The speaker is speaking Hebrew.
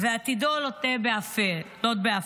ועתידו לוט בערפל".